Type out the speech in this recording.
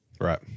Right